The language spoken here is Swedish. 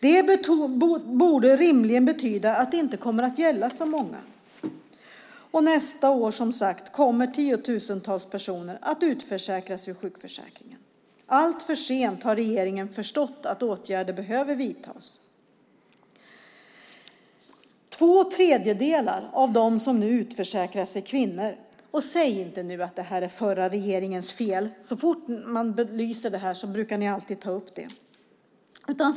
Det borde rimligen betyda att det inte kommer att gälla så många. Nästa år kommer som sagt tiotusentals personer att utförsäkras ur sjukförsäkringen. Alltför sent har regeringen förstått att åtgärder behöver vidtas. Två tredjedelar av dem som nu utförsäkras är kvinnor, och säg nu inte att det här är den förra regeringens fel! Så fort man belyser detta brukar ni ta upp det.